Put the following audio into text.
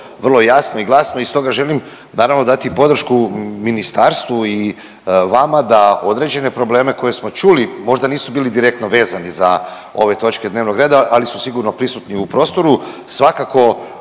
vrlo jasno i glasno. I stoga želim naravno dati podršku ministarstvu i vama da određen probleme koje smo čuli možda nisu bili direktno vezani za ove točke dnevnog reda, ali su sigurno prisutni u prostoru